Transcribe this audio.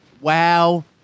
WOW